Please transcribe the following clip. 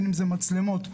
מצלמות.